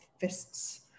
fists